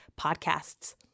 podcasts